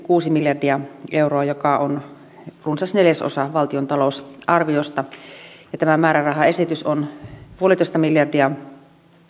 kuusi miljardia euroa joka on runsas neljäsosa valtion talousarviosta tämä määrärahaesitys on yksi pilkku viisi miljardia